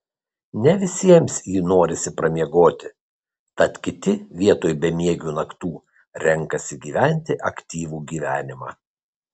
ne visiems jį norisi pramiegoti tad kiti vietoj bemiegių naktų renkasi gyventi aktyvų gyvenimą